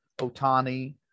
Otani